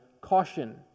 Caution